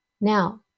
Now